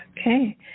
Okay